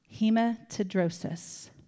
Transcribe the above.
Hematidrosis